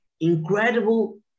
incredible